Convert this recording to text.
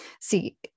See